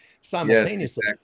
simultaneously